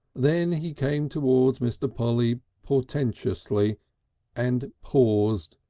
then he came towards mr. polly portentously and paused,